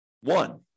one